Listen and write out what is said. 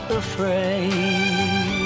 afraid